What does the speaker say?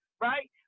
right